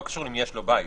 לא קשור אם יש לו בית.